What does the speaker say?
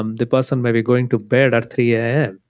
um the person may be going to bed at three yeah